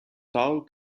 saul